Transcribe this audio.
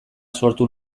sortu